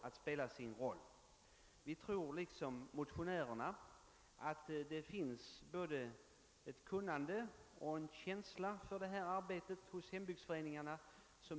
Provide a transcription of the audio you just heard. Liksom motionärerna tror också vi, att det hos hembygdsföreningarna finns både ett kunnande och en känsla för detta arbete som bör tillvaratagas.